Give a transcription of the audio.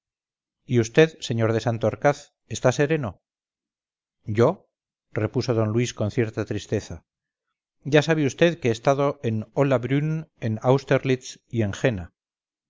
y vd sr de santorcaz está sereno yo repuso d luis con cierta tristeza ya sabe vd que he estado en hollabrünn en austerlitz y